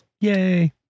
yay